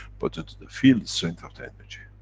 but to the field-strength of the energy.